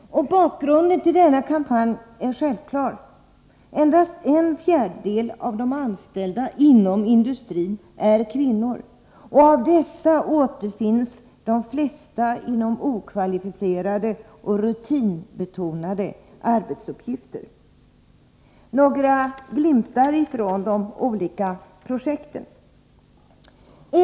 Bakgrunden till denna kampanj är självklar: endast en fjärdedel av de anställda inom industrin är kvinnor, och av dessa återfinns de flesta inom okvalificerade och rutinbetonade arbetsuppgifter. Några glimtar från de olika projekten.